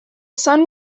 sun